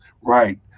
Right